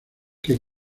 que